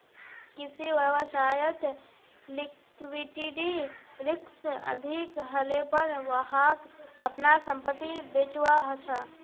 किसी व्यवसायत लिक्विडिटी रिक्स अधिक हलेपर वहाक अपनार संपत्ति बेचवा ह छ